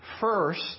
First